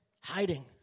hiding